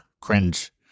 cringe